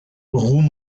roues